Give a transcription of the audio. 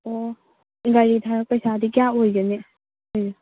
ꯑꯣ ꯒꯥꯔꯤ ꯊꯥꯔꯛꯄ ꯄꯩꯁꯥꯗꯤ ꯀꯌꯥ ꯑꯣꯏꯒꯅꯤ